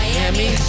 Miami